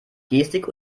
gestik